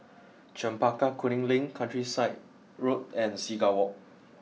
Chempaka Kuning Link Countryside Road and Seagull Walk